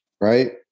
right